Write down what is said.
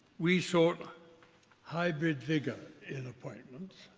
we sought high-bid vigour in appointments.